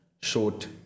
short